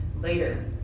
later